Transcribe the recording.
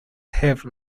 have